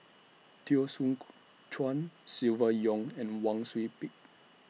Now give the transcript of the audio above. Teo Soon Chuan Silvia Yong and Wang Sui Pick